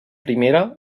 primera